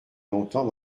longtemps